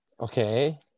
Okay